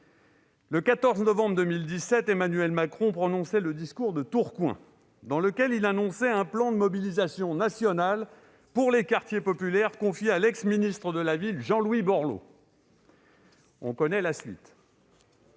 Le 14 novembre 2017, Emmanuel Macron prononçait le discours de Tourcoing, dans lequel il annonçait un plan de mobilisation nationale pour les quartiers populaires, confié à l'ex-ministre de la ville Jean-Louis Borloo. On connaît la suite